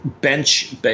bench